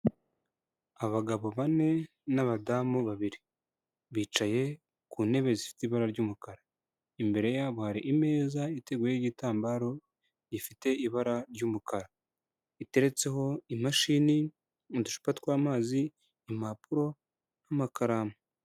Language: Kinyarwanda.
Abagabo bane n'abadamu babiri, bicaye ku ntebe zifite ibara ry'umukara, imbere yabo hari imeza iteguyeho igitambaro gifite ibara ry'umukara, iteretseho imashini n'uducupa twa mazi, impapuro n'amakaramu.